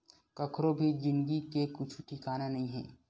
कखरो भी जिनगी के कुछु ठिकाना नइ हे